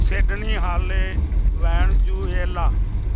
Sydney halle Venezuela